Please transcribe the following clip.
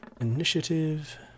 initiative